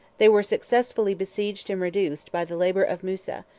they were successively besieged and reduced by the labor of musa,